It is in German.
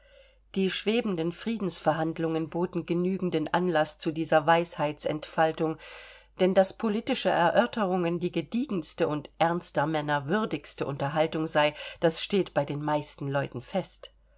die schwebenden friedensverhandlungen boten genügenden anlaß zu dieser weisheitsentfaltung denn daß politische erörterungen die gediegenste und ernster männer würdigste unterhaltung sei das steht bei den meisten leuten fest